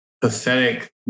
pathetic